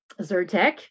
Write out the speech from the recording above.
Zyrtec